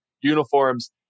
uniforms